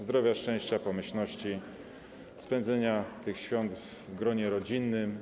Zdrowia, szczęścia, pomyślności, spędzenia tych świąt w gronie rodzinnym.